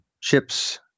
chips